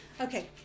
Okay